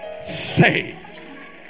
saves